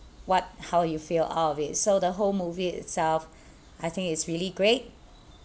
what how you feel out of it so the whole movie itself I think it's really great